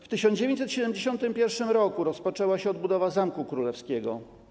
W 1971 r. rozpoczęła się odbudowa Zamku Królewskiego.